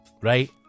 right